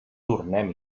tornem